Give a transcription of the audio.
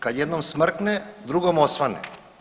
Kad jednom smrkne, drugom osvane.